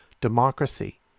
democracy